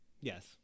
yes